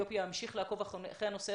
אני רוצה לשלוח איחולי רפואה שלמה לדוד ביטן.